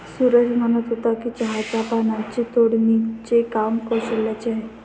सूरज म्हणत होता की चहाच्या पानांची तोडणीचे काम कौशल्याचे आहे